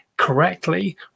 correctly